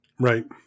Right